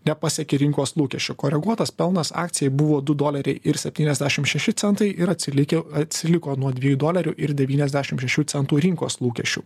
nepasiekė rinkos lūkesčio koreguotas pelnas akcijai buvo du doleriai ir septyniasdešim šeši centai ir atsilikę atsiliko nuo dviejų dolerių ir devyniasdešim šešių centų rinkos lūkesčių